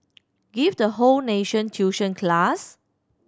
give the whole nation tuition class